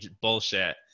bullshit